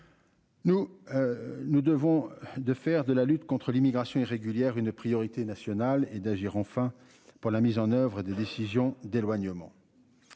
Nous devons de faire de la lutte contre l'immigration irrégulière une priorité nationale et d'agir enfin pour la mise en oeuvre et des décisions d'éloignement.